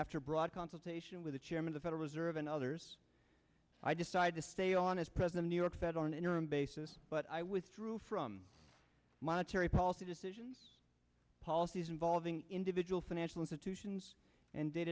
after a broad consultation with the chairmen the federal reserve and others i decided to stay on as president new york fed on an interim basis but i withdrew from monetary policy decisions policies involving individual financial institutions and d